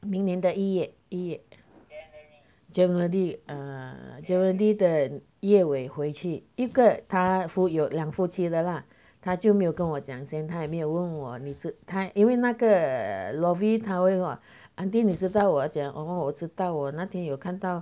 明年的一月一月 january err january 的月尾回去一个他有两夫妻的啦他就没有跟我讲先他也没有问我他因为那个 lovey 他会 auntie 你知道我要真样 orh 我知道我那天有看到